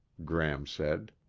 gram said.